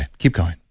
keep going.